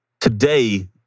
today